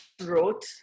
wrote